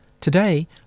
Today